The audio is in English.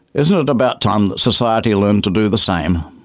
isn't it about time that society learned to do the same?